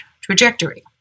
trajectory